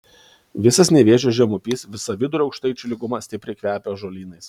visas nevėžio žemupys visa vidurio aukštaičių lyguma stipriai kvepia ąžuolynais